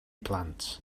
plant